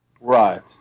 Right